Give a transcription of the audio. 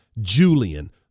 Julian